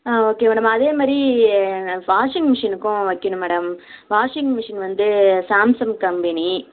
ஆ okay madam அதே மாதிரி washing மிஷினுக்கும் வைக்கணும் மேடம் வாஷிங் மிஷின் வந்து சாம்சங் கம்பெனி